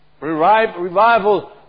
Revival